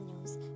news